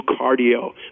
cardio